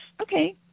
Okay